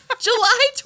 July